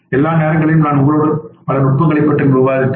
எல்லா நேரங்களிலும் நான் உங்களுடன் பல நுட்பங்களைப் பற்றி விவாதித்தேன்